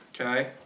Okay